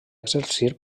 exercir